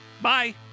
Bye